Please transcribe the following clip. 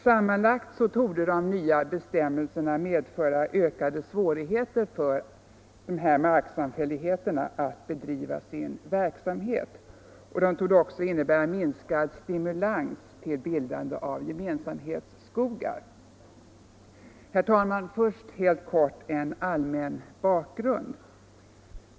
Sammantagna torde de nya bestämmelserna medföra ökade svårigheter för marksamfälligheterna att bedriva sin verksamhet, och de torde även innebära minskad stimulans till bildande av gemensamhetsskogar. Herr talman! Först helt kort en allmän bakgrund.